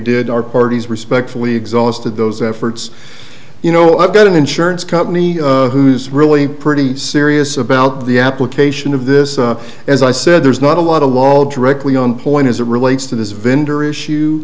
did our parties respectfully exhausted those efforts you know i've got an insurance company who's really pretty serious about the application of this as i said there's not a lot of wall directly on point as a relates to this vendor issue